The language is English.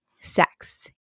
sex